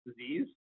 disease